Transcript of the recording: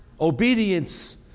Obedience